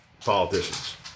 politicians